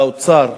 והאוצר,